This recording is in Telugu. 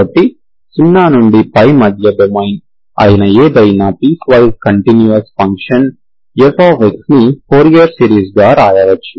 కాబట్టి 0 నుండి π మధ్య డొమైన్ అయిన ఏదైనా పీస్వైస్ కంటిన్యూస్ ఫంక్షన్ fని ఫోరియర్ సిరీస్ గా వ్రాయవచ్చు